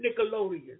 Nickelodeon